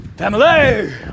family